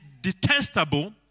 detestable